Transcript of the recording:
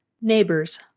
neighbors